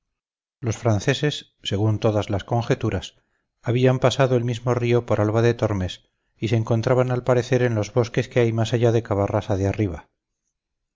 los franceses según todas las conjeturas habían pasado el mismo río por alba de tormes y se encontraban al parecer en los bosques que hay más allá de cavarrasa de arriba